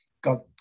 got